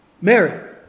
Mary